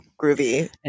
groovy